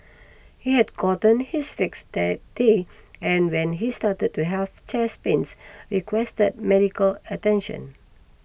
he had gotten his fix that day and when he started to have chest pains requested medical attention